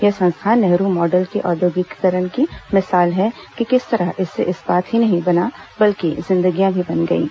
यह संस्थान नेहरू मॉडल के औद्योगिकीकरण की मिसाल है कि किस तरह इससे इस्पात ही नहीं बना बल्कि जिंदगियां भी बनाई गईं